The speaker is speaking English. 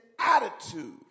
attitude